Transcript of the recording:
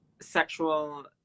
sexual